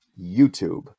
YouTube